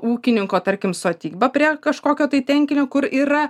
ūkininko tarkim sodyba prie kažkokio tai telkinio kur yra